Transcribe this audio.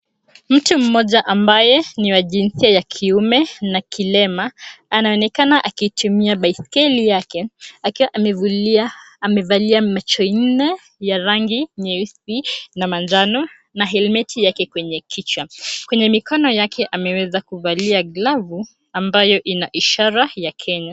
Mtu mmoja ambaye ni wa jinsia ya kiume na kilema anaonekana akitumia baiskeli yake akiwa amevalia macho nne ya rangi nyeusi na manjano na helmeti yake kwenye kichwa. Kwenye mikono yake ameweza kuvalia glavu ambayo ina ishara ya Kenya.